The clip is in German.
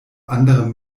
andere